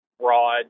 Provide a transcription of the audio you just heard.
broad